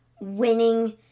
winning